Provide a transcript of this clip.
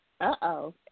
Uh-oh